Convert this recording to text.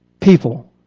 People